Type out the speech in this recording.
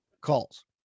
calls